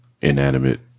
inanimate